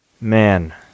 man